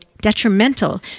detrimental